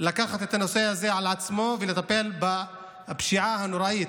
לקחת את הנושא הזה על עצמו ולטפל בפשיעה הנוראית,